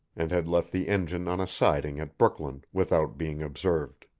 and had left the engine on a siding at brooklyn without being observed.